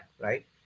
right